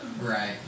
Right